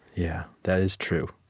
yeah. that is true.